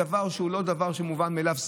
דבר שהוא לא מובן מאליו,